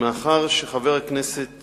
מאחר שחבר הכנסת